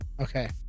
Okay